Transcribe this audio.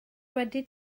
wedi